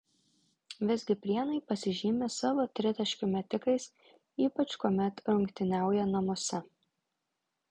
visgi prienai pasižymi savo tritaškių metikais ypač kuomet rungtyniauja namuose